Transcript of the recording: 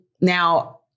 now